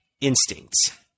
instincts